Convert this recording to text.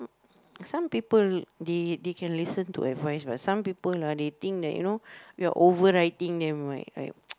some people they they can listen to advice but some people ah they think that you know you're overriding them right like